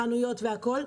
חנויות והכול.